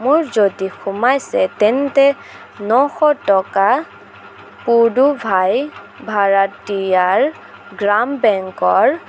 মোৰ যদি সোমাইছে তেন্তে নশ টকা পুড়ুভাই ভাৰাঠিয়াৰ গ্ৰাম বেংকৰ